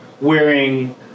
wearing